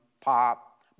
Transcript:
pop